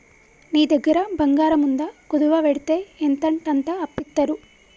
నీ దగ్గర బంగారముందా, కుదువవెడ్తే ఎంతంటంత అప్పిత్తరు